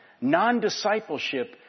Non-discipleship